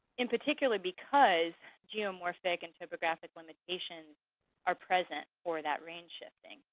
in particular, because geomorphic and topographic limitations are present for that range shifting.